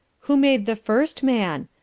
who made the first man?